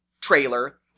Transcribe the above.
trailer